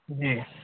जी